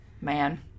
man